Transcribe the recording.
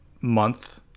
month